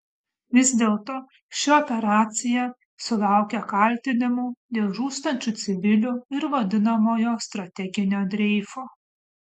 vis dėlto ši operacija sulaukia kaltinimų dėl žūstančių civilių ir vadinamojo strateginio dreifo